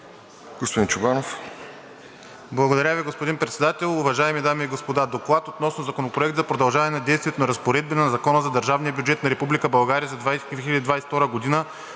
Господин Чобанов.